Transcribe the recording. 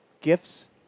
gifts